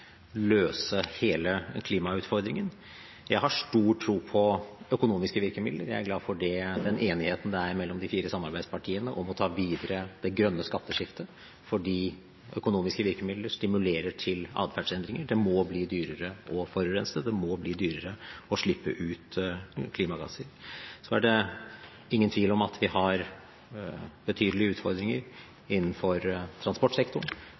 løse hele klimautfordringen. Jeg har stor tro på økonomiske virkemidler. Jeg er glad for den enigheten som er mellom de fire samarbeidspartiene om å ta videre det grønne skatteskiftet, fordi økonomiske virkemidler stimulerer til adferdsendringer. Det må bli dyrere å forurense. Det må bli dyrere å slippe ut klimagasser. Det er ingen tvil om at vi har betydelige utfordringer innenfor transportsektoren